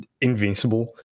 invincible